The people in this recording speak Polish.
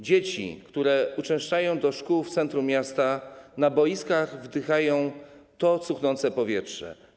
Dzieci, które uczęszczają do szkół w centrum miasta, na boiskach wdychają to cuchnące powietrze.